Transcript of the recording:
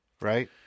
right